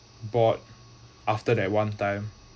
bought after that one time